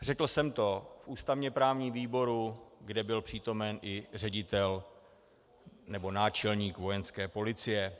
Řekl jsem to v ústavněprávním výboru, kde byl přítomen i ředitel, nebo náčelník Vojenské policie.